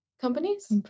Companies